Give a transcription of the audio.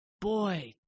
boy